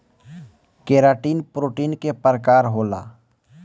keratin protein के प्रकार होला